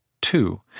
two